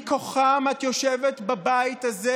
מכוחם את יושבת בבית הזה.